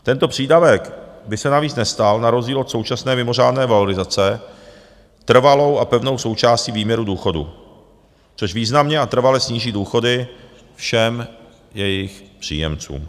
Tento přídavek by se navíc nestal, na rozdíl od současné mimořádné valorizace, trvalou a pevnou součástí výměru důchodu, což významně a trvale sníží důchody všem jejich příjemcům.